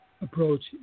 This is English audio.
approach